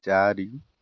ଚାରି